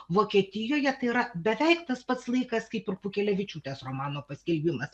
vokietijoje tai yra beveik tas pats laikas kaip ir pūkelevičiūtės romano paskelbimas